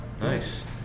Nice